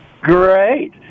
Great